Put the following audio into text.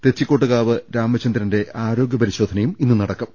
തെച്ചിക്കോട്ടുകാവ് രാമ ചന്ദ്രന്റെ ആരോഗ്യ പരിശോധനയും ഇന്ന് നടക്കും